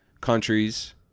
countries